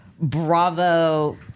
Bravo